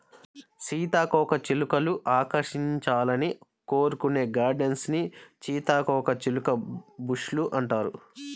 సీతాకోకచిలుకలు ఆకర్షించాలని కోరుకునే గార్డెన్స్ ని సీతాకోకచిలుక బుష్ లు అంటారు